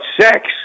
sex